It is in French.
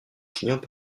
clients